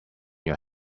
your